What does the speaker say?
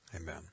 Amen